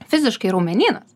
fiziškai raumenynas